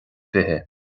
fiche